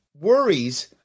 worries